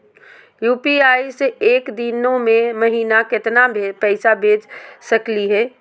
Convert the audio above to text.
UPI स एक दिनो महिना केतना पैसा भेज सकली हे?